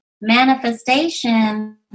manifestation